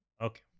Okay